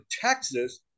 Texas